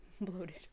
Bloated